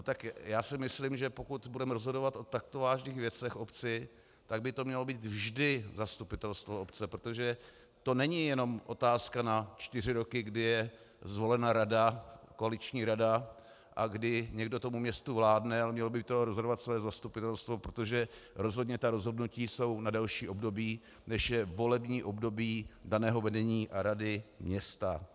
Tak já si myslím, že pokud budeme rozhodovat o takto vážných věcech v obci, tak by to mělo být vždy zastupitelstvo obce, protože to není jenom otázka na čtyři roky, kdy je zvolena rada, koaliční rada, a kdy někdo tomu městu vládne, ale mělo by to rozhodovat celé zastupitelstvo, protože rozhodně ta rozhodnutí jsou na delší období, než je volební období daného vedení a rady města.